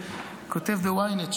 כותב ב-ynet,